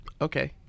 okay